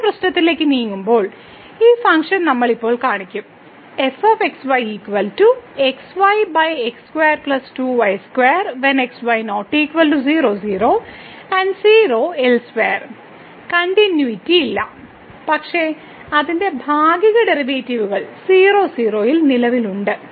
മറ്റൊരു പ്രശ്നത്തിലേക്ക് നീങ്ങുമ്പോൾ ഈ ഫംഗ്ഷൻ നമ്മൾ ഇപ്പോൾ കാണിക്കും കണ്ടിന്യൂയിറ്റിയല്ല പക്ഷേ അതിന്റെ ഭാഗിക ഡെറിവേറ്റീവുകൾ 00 ൽ നിലവിലുണ്ട്